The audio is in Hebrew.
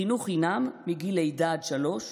חינוך חינם מגיל לידה עד שלוש,